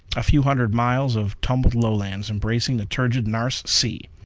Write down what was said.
a few hundred miles of tumbled lowlands, embracing the turgid nares sea,